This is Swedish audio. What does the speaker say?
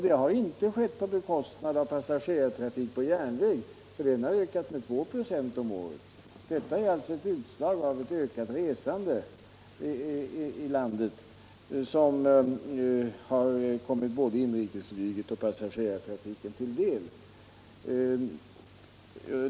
Det har inte skett på bekostnad av passagerartrafiken på järnväg, eftersom den har ökat med 2 26 om året. Ökningen av inrikesflyget är alltså ett utslag av ett ökat resande i landet, som har kommit både inrikesflyget och järnvägstrafiken till del.